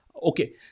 Okay